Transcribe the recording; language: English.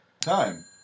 Time